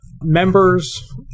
members